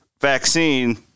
vaccine